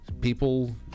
people